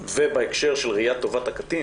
בהקשר של ראיית טובת הקטין